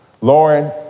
Lauren